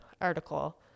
article